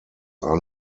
are